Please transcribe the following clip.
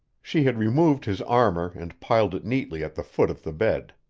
she had removed his armor and piled it neatly at the foot of the bed.